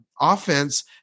offense